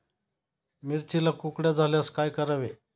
मिरचीला कुकड्या झाल्यास काय करावे?